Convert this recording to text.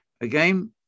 Again